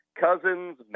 Cousins